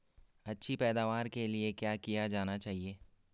अच्छी पैदावार के लिए क्या किया जाना चाहिए?